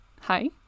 Hi